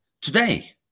today